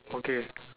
okay